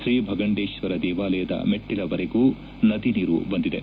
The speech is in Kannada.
ಶ್ರೀಭಗಂಡೇಶ್ವರದೇವಾಲಯದ ಮೆಟ್ಟಲವರೆಗೂ ನದಿ ನೀರು ಬಂದಿದೆ